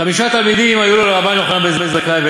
חמישה תלמידים היו לו לרבן יוחנן בן זכאי,